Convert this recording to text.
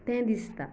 तें दिसता